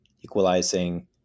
equalizing